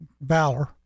valor